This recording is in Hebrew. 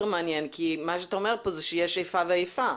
מעניין כי מה שאתה אומר פה זה שיש איפה ואיפה.